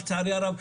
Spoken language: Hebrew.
לצערי הרב,